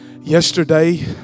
yesterday